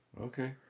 Okay